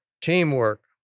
teamwork